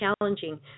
challenging